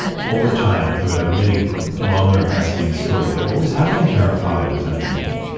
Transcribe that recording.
over time, to a really longer and fascinating story, that what was happening to her father was not unique,